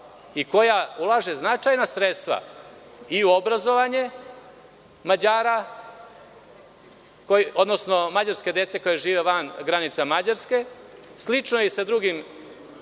i koja ulaže značajna sredstva i u obrazovanje Mađara, odnosno mađarske dece koja žive van granice Mađarske, a slično je i sa drugim